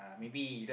maybe you